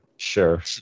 Sure